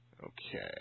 Okay